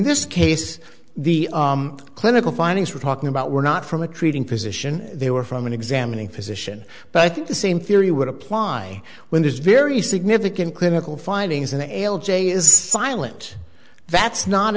this case the clinical findings we're talking about were not from the treating physician they were from an examining physician but i think the same theory would apply when there's very significant clinical findings in l j is silent that's not